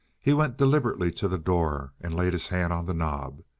he went deliberately to the door and laid his hand on the knob.